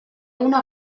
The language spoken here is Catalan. una